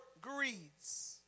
greeds